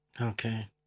Okay